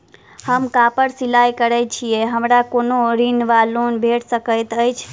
हम कापड़ सिलाई करै छीयै हमरा कोनो ऋण वा लोन भेट सकैत अछि?